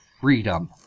freedom